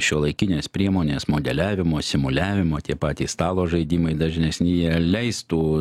šiuolaikinės priemonės modeliavimo simuliavimo tie patys stalo žaidimai dažnesni jie leistų